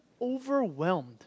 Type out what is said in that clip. overwhelmed